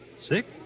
Sick